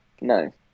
No